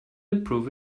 improve